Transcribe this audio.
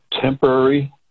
temporary